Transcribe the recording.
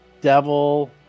devil